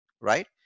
right